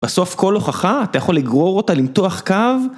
בסוף כל הוכחה אתה יכול לגרור אותה, למתוח קו.